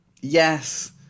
Yes